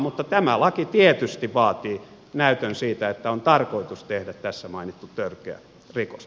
mutta tämä laki tietysti vaatii näytön siitä että on tarkoitus tehdä tässä mainittu törkeä rikos